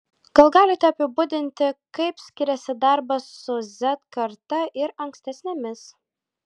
gal galite apibūdinti kaip skiriasi darbas su z karta ir ankstesnėmis